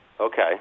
Okay